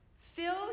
Fill